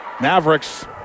Mavericks